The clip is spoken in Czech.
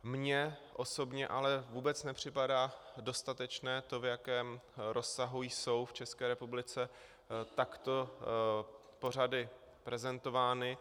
Mně osobně ale vůbec nepřipadá dostatečné to, v jakém rozsahu jsou v České republice takto pořady prezentovány.